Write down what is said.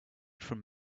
from